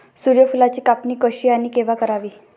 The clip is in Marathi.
सूर्यफुलाची कापणी कशी आणि केव्हा करावी?